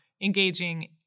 engaging